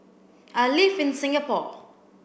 I live in Singapore